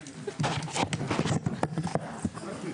הישיבה ננעלה